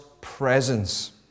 presence